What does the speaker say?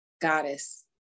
Goddess